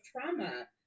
trauma